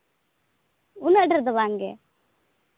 ᱩᱱᱟᱹᱜ ᱰᱷᱮᱨ ᱫᱚ ᱵᱟᱝ ᱜᱮ